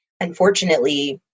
unfortunately